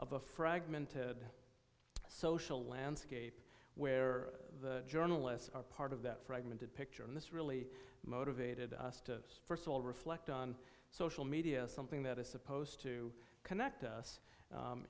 a fragmented social landscape where the journalists are part of that fragmented picture and this really motivated us to st of all reflect on social media something that is supposed to connect us